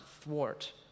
thwart